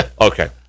Okay